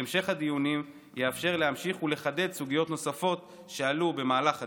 והמשך הדיונים יאפשר להמשיך ולחדד סוגיות נוספות שעלו במהלך הדיונים.